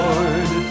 Lord